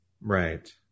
Right